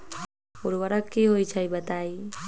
उर्वरक की होई छई बताई?